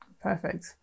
Perfect